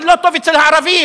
אבל לא טוב אצל הערבים,